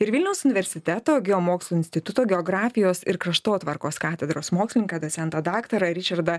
ir vilniaus universiteto geomokslų instituto geografijos ir kraštotvarkos katedros mokslininką docentą daktarą ričardą